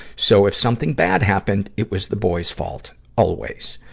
so if something bad happened it was the boy's fault, always.